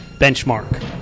benchmark